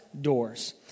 doors